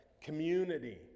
community